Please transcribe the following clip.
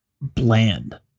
bland